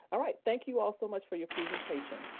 all right, thank you all so much for your presentation.